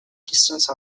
distance